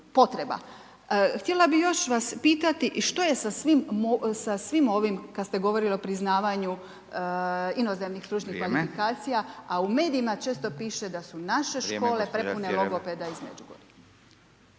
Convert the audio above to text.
potreba. Htjela bih još vas pitati, što je sa svim ovim, kad ste govorili o priznavanju inozemni stručnih kvalifikacija a u medijima često piše da su naše škole prepune logopeda iz Međugorja?